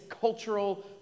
cultural